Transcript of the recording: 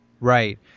Right